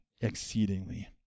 exceedingly